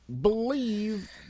believe